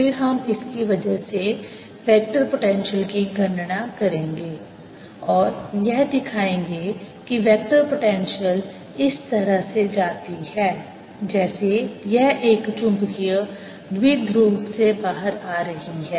फिर हम इसकी वजह से वेक्टर पोटेंशियल की गणना करेंगे और यह दिखाएंगे कि वेक्टर पोटेंशियल इस तरह से जाती है जैसे यह एक चुंबकीय द्विध्रुव से बाहर आ रही है